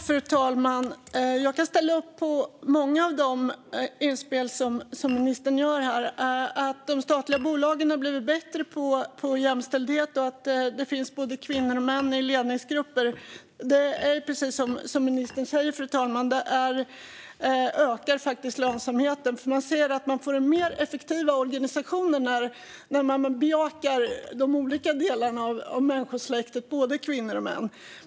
Fru talman! Jag kan ställa upp på många av de utspel som ministern gör här. Att de statliga bolagen har blivit bättre på jämställdhet och det finns både kvinnor och män i ledningsgrupperna ökar lönsamheten, precis som ministern säger. Man ser att man får en mer effektiv organisation när man bejakar de olika delarna av människosläktet, både kvinnor och män.